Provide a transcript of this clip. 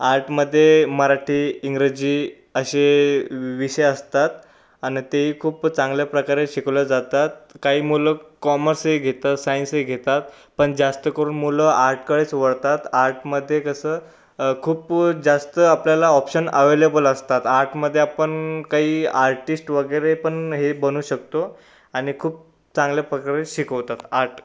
आर्टमध्ये मराठी इंग्रजी असे विषय असतात आणि तेही खूप चांगल्या प्रकारे शिकवल्या जातात काही मुलं कॉमर्सही घेतात सायन्सही घेतात पण जास्त करून मुलं आर्टकडेच वळतात आर्टमध्ये कसं खूप जास्त आपल्याला ऑप्शन अवेलेबल असतात आर्टमध्ये आपण काही आर्टिस्ट वगैरे पण हे बनू शकतो आणि खूप चांगल्या प्रकारे शिकवतात आर्ट